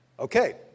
Okay